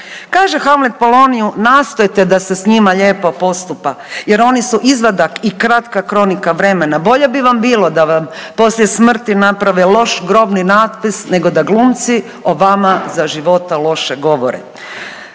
Kaže Hamlet Poloniju „Nastojte da se s njima lijepo postupa jer oni su izvadak i kratka kronika vremena, bolje bi vam bilo da vam poslije smrti naprave loš grobni natpis nego da glumci o vama za života loše govore.“